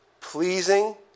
pleasing